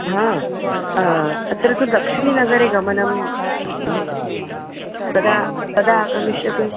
हा तत्र तु लक्ष्मीनगराय गमनम् अस्ति कदा कदा आगमिष्यति